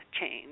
change